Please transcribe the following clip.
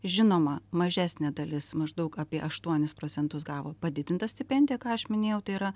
žinoma mažesnė dalis maždaug apie aštuonis procentus gavo padidintą stipendiją ką aš minėjau tai yra